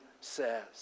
says